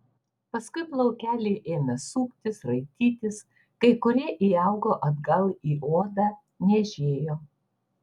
paskui plaukeliai ėmė suktis raitytis kai kurie įaugo atgal į odą niežėjo